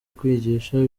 kwigisha